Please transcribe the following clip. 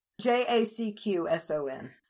J-A-C-Q-S-O-N